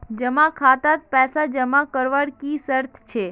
जमा खातात पैसा जमा करवार की शर्त छे?